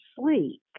sleep